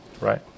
right